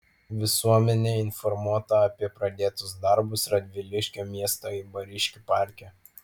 visuomenė informuota apie pradėtus darbus radviliškio miesto eibariškių parke